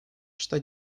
что